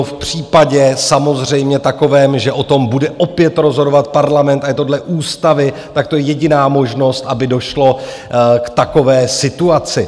v případě samozřejmě takovém, že o tom bude opět rozhodovat Parlament, a je to dle ústavy, tak to je jediná možnost, aby došlo k takové situaci.